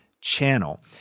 channel